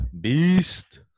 beast